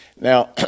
Now